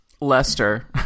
Lester